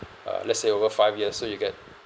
uh let's say over five years so you get